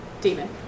Demon